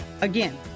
Again